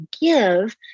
give